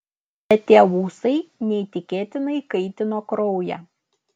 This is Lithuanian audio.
bet tie ūsai neįtikėtinai kaitino kraują